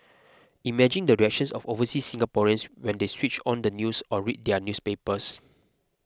imagine the reactions of overseas Singaporeans when they switched on the news or read their newspapers